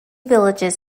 villages